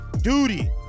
duty